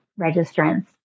registrants